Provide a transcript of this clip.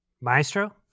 Maestro